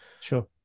sure